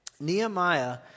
Nehemiah